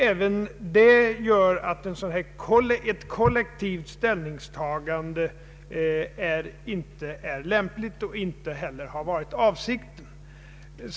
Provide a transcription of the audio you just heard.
Även detta gör att ett sådant här kollektivt ställningstagande inte är lämpligt och inte heller har varit avsikten.